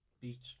Beach